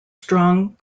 strong